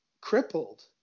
crippled